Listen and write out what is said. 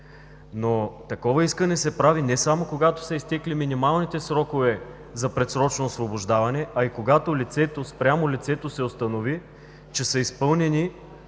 Но такова искане се прави не само когато са изтекли минималните срокове за предсрочно освобождаване, а и когато спрямо лицето се установи, че са изпълнени